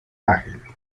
ágil